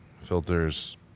Filters